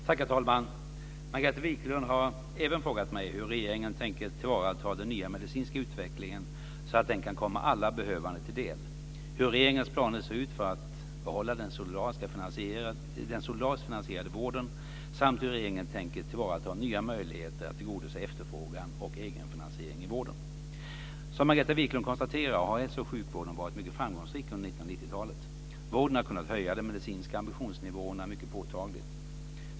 Herr talman! Margareta Viklund har även frågat mig hur regeringen tänker tillvarata den nya medicinska utvecklingen så att den kan komma alla behövande till del, hur regeringens planer ser ut för att behålla den solidariskt finansierade vården samt hur regeringen tänker tillvarata nya möjligheter att tillgodose efterfrågan och egenfinansiering i vården. Som Margareta Viklund konstaterar har hälsooch sjukvården varit mycket framgångsrik under 1990-talet. Vården har kunnat höja de medicinska ambitionsnivåerna mycket påtagligt.